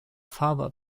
father